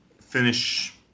finish